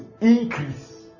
Increase